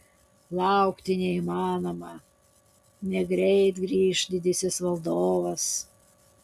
laukti neįmanoma negreit grįš didysis valdovas